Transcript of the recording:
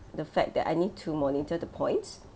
the fact that I need to monitor the points